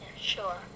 Sure